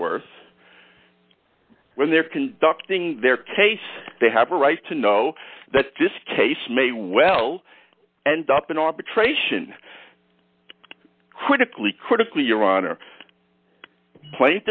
worth when they're conducting their case they have a right to know that this case may well end up in arbitration critically critically your honor pla